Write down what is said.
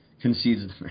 concedes